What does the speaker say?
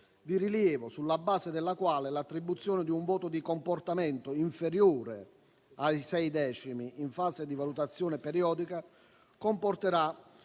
di rilievo sulla base della quale l'attribuzione di un voto di comportamento inferiore a sei decimi in fase di valutazione periodica comporterà